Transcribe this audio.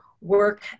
work